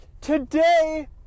today